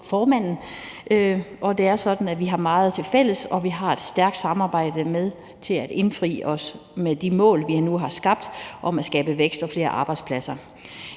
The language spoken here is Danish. formanden, og det er sådan, at vi har meget tilfælles, og at vi har et stærkt samarbejde om at indfri de mål, vi nu har sat, om at skabe vækst og flere arbejdspladser.